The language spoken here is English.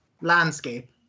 landscape